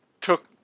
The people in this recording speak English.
took